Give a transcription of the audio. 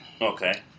okay